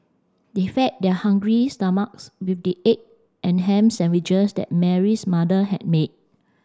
they fed their hungry stomachs with the egg and ham sandwiches that Mary's mother had made